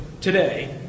today